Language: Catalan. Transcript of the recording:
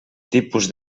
tipus